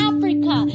Africa